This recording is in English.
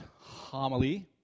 homily